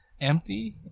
Empty